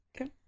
Okay